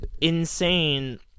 insane